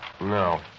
No